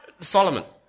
Solomon